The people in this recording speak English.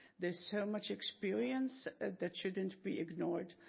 there's so much experience the shouldn't be ignored.